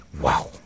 Wow